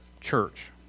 church